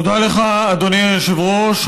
תודה לך, אדוני היושב-ראש.